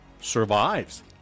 survives